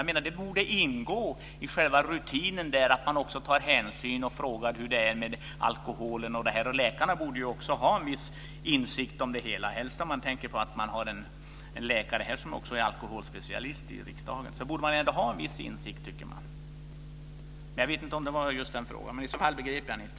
Men det borde ingå i rutinen att man frågar hur det är med alkoholkonsumtionen. Läkarna borde ändå ha en viss insikt. Vi har ju en läkare här i riksdagen som också är alkoholspecialist. Jag vet inte om det var just den frågan som Kerstin Heinemann ställde.